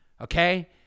okay